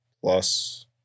plus